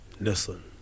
listen